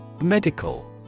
Medical